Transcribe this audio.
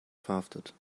verhaftet